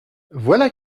voilà